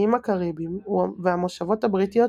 האיים הקאריביים, והמושבות הבריטיות